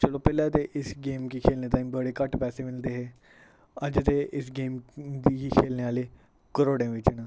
चलो पैह्लें इस गेम गी खेल्लनै ताहीं बड़े घट्ट पैसे मिलदे हे अज्ज ते इस गेम गी खेल्लनै आह्ले करोड़ें बिच न